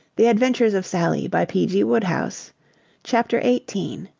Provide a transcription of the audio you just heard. the adventures of sally by p. g. wodehouse chapter i.